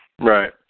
right